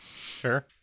Sure